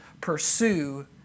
pursue